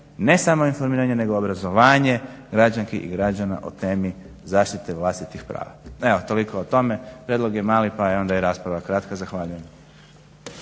ne samo informiranje nego obrazovanje građanki i građana o tomi zaštite vlastitih prava. Evo, toliko o tome prijedlog je mali pa je onda i rasprava kratka. Zahvaljujem.